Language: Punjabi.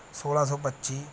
ਸੋਲ੍ਹਾਂ ਸੌ ਪੱਚੀ